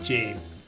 James